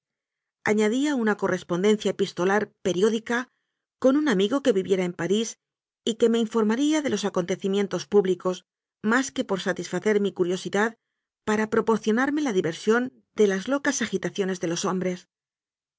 añadía una corres pondencia epistolar periódica con un amigo que iviera en parís y que me informaría de los acóntecimientos públicos más que por satisfacer mi curiosidad para propoi'cionarme la diversión de las locas agitaciones de los hombres